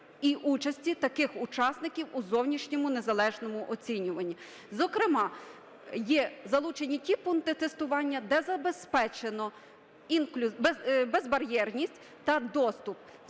і участі таких учасників у зовнішньому незалежному оцінюванні. Зокрема, є залучені ті пункти тестування, де забезпечено безбар'єрність та доступ,